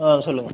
ஆ சொல்லுங்கள்